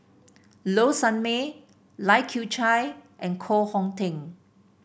Low Sanmay Lai Kew Chai and Koh Hong Teng